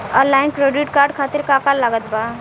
Online credit card खातिर का का लागत बा?